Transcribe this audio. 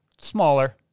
Smaller